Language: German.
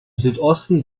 südosten